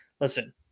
listen